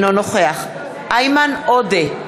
אינו נוכח איימן עודה,